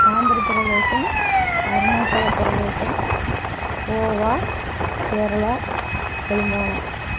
Andhra Pradesh Arunachal Pradesh Goa Kerala Telangana